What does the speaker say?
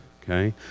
Okay